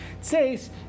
says